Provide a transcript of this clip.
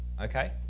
okay